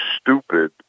stupid